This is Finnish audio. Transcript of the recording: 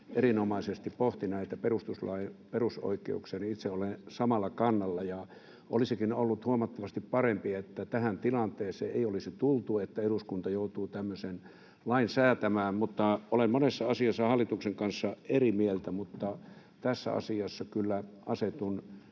erinomaisesti pohti näitä perustuslaillisia perusoikeuksia, niin itse olen samalla kannalla, ja olisikin ollut huomattavasti parempi, että tähän tilanteeseen ei olisi tultu, että eduskunta joutuu tämmöisen lain säätämään. Olen monessa asiassa hallituksen kanssa eri mieltä, mutta tässä asiassa kyllä asetun